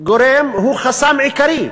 חסם עיקרי,